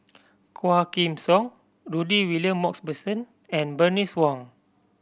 Quah Kim Song Rudy William Mosbergen and Bernice Wong